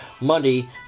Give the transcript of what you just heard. money